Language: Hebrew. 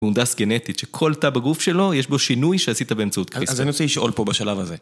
מהונדס גנטית שכל תא בגוף שלו יש בו שינוי שעשית באמצעות Crispr. אז אני רוצה לשאול פה בשלב הזה.